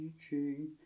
teaching